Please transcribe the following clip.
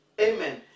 Amen